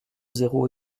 zéro